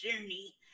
journey